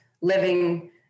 living